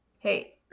Hey